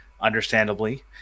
understandably